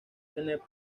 tener